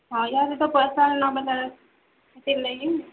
ହଁ ଇହାଦେ ତ ପଏସା ନେଇନ ବେଲେ